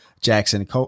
Jackson